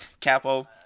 capo